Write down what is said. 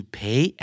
pay